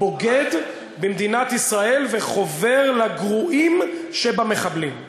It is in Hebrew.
בוגד במדינת ישראל וחובר לגרועים שבמחבלים.